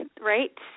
right